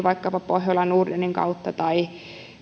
vaikkapa pohjola nordenin kautta tai